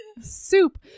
Soup